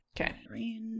okay